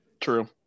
true